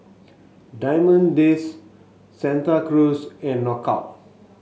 Diamond Days Santa Cruz and Knockout